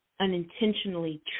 unintentionally